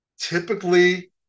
typically